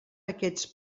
aquests